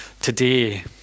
today